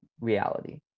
reality